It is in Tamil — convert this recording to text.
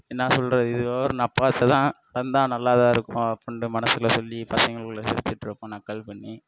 என்ன சொல்லுறது இது நப்பாசைத்தான் வந்தா நல்லாதான் இருக்கும் அப்புன்ற மனசில் சொல்லி பசங்களுக்குள்ளே சிரிச்சிட்யிருப்போம் நக்கல் பண்ணி